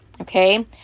okay